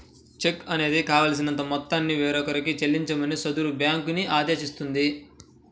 చెక్కు అనేది కావాల్సినంత మొత్తాన్ని వేరొకరికి చెల్లించమని సదరు బ్యేంకుని ఆదేశిస్తుంది